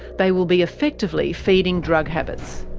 they will be effectively feeding drug habits.